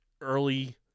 early